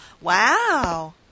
Wow